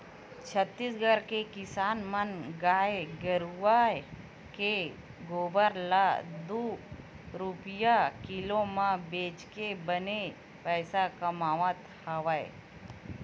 छत्तीसगढ़ के किसान मन गाय गरूवय के गोबर ल दू रूपिया किलो म बेचके बने पइसा कमावत हवय